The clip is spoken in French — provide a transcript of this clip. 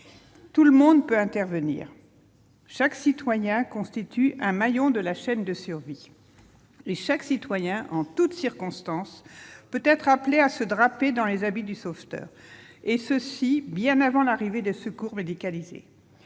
tout le monde peut intervenir. Chaque citoyen constitue un maillon de la chaîne de survie. Et chaque citoyen peut être appelé en toutes circonstances à se draper dans les habits du sauveteur. Et cela, bien avant l'arrivée des secours médicalisés.